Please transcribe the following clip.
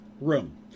room